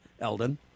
Eldon